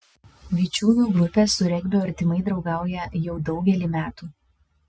vičiūnų grupė su regbiu artimai draugauja jau daugelį metų